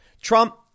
Trump